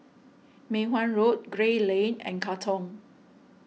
Mei Hwan Road Gray Lane and Katong